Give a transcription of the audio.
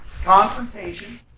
Confrontation